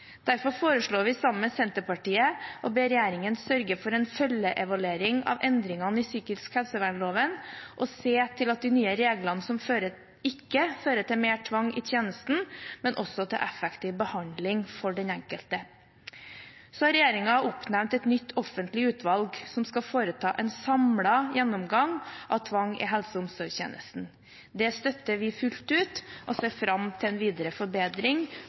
Derfor foreslår vi sammen med Senterpartiet å be regjeringen sørge for en følgeevaluering av endringene i psykisk helsevernloven og se til at de nye reglene ikke fører til mer tvang i tjenesten, men til effektiv behandling for den enkelte. Regjeringen har oppnevnt et nytt offentlig utvalg som skal foreta en samlet gjennomgang av tvang i helse- og omsorgstjenesten. Det støtter vi fullt ut og ser fram til en videre forbedring